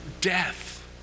death